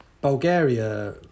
bulgaria